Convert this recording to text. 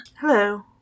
Hello